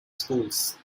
schools